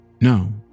No